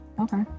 Okay